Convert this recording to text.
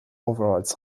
overalls